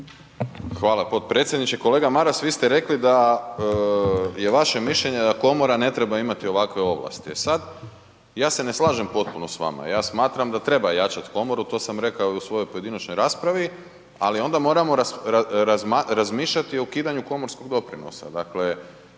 Hvala potpredsjedniče. Kolega Maras, vi ste rekli da je vaše mišljenje da komora ne treba imati ovakve ovlasti, e sad ja se ne slažem potpuno s vama, ja smatram da treba jačati komoru, to sam rekao i u svojoj pojedinačnoj raspravi, ali onda moramo razmišljati i o ukidanju komorskog doprinosa.